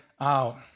out